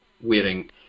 wearing